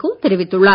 கோ தெரிவித்துள்ளார்